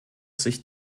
sich